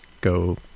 go